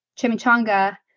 chimichanga